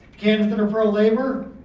candidates that are pro labor,